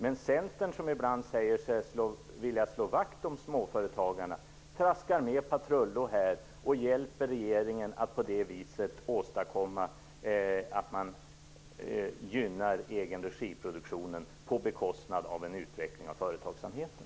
Men Centern, som ibland säger sig vilja slå vakt om småföretagarna, traskar patrull och hjälper regeringen att åstadkomma att produktion i egen regi gynnas på bekostnad av en utveckling av företagsamheten.